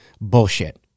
Bullshit